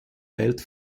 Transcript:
welt